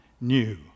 new